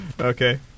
okay